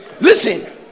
Listen